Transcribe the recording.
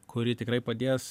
kuri tikrai padės